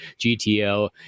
gto